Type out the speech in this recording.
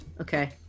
Okay